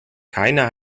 keiner